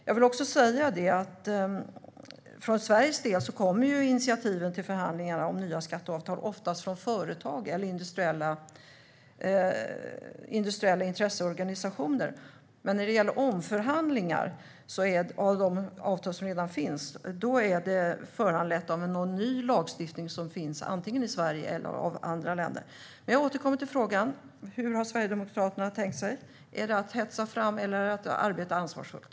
Jag vill också säga: För Sveriges del kommer initiativen till förhandlingar om nya skatteavtal oftast från företag eller industriella intresseorganisationer. Men de omförhandlingar av de avtal som redan finns är föranledda av ny lagstiftning antingen i Sverige eller i andra länder. Men jag återkommer till frågan: Hur har Sverigedemokraterna tänkt sig? Ska man hetsa fram eller arbeta ansvarsfullt?